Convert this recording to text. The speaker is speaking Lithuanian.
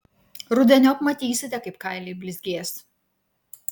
rudeniop matysite kaip kailiai blizgės